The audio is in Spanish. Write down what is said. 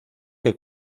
que